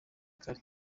kare